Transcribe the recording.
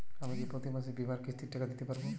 আমি কি প্রতি মাসে বীমার কিস্তির টাকা দিতে পারবো?